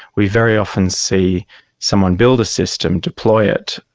we very often see someone build a system, deploy it,